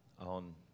on